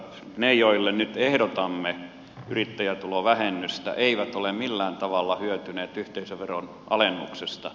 ne joille nyt ehdotamme yrittäjätulovähennystä eivät ole millään tavalla hyötyneet yhteisöveron alennuksesta